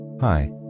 Hi